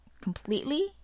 completely